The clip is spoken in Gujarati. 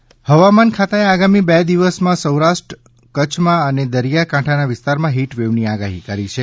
હવામાન હવામાન ખાતાએ આગામી બે દિવસમાં સૌરાષ્ટ્ર કચ્છમાં અને દરિયા કાંઠાના વિસ્તારમાં ફીટ વેવની આગાહી કરી છે